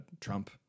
Trump